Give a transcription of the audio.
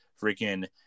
freaking